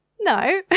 No